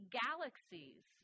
galaxies